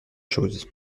chose